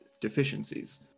deficiencies